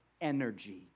energy